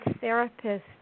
therapist